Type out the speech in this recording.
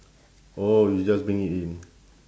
oh you just bring it in